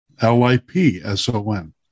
L-I-P-S-O-N